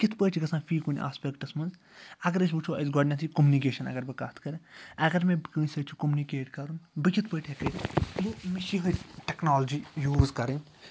کِتھ پٲٹھۍ چھِ گَژھان فی کُنہ آسپیٚکٹَس مَنٛز اگر أسۍ وٕچھو اَسہِ گۄڈنٮ۪تھے کومنِکیشَن اگر بہٕ کَتھ کَرٕ اگر مےٚ کٲنٛسہِ سۭتۍ چھُ کومنِکیٹ کَرُن بہٕ کِتھ پٲٹھۍ ہٮ۪کہٕ کٔرِتھ مےٚ چھِ یِہوٚے ٹیٚکنالجی یوٗز کَرٕنۍ تہٕ